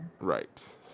Right